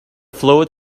fluid